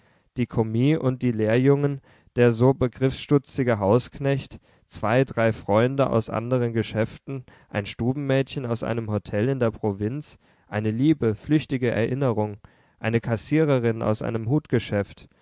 die kommis und die lehrjungen der so begriffsstützige hausknecht zwei drei freunde aus anderen geschäften ein stubenmädchen aus einem hotel in der provinz eine liebe flüchtige erinnerung eine kassiererin aus einem hutgeschäft